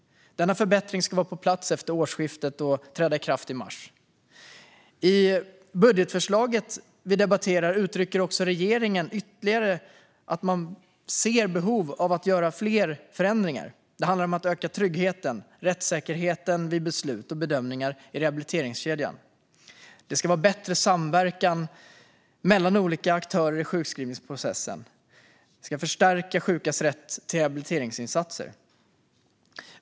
Denna förbättring ska vara på plats efter årsskiftet och träda i kraft i mars. I budgetförslaget vi debatterar uttrycker regeringen att den ser ytterligare behov av att göra fler förändringar. Det handlar om att öka tryggheten och rättssäkerheten vid beslut och bedömningar i rehabiliteringskedjan. Det ska vara bättre samverkan mellan olika aktörer i sjukskrivningsprocessen, och vi ska förstärka sjukas rätt till rehabiliteringsinsatser.